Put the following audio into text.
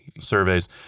surveys